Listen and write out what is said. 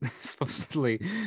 supposedly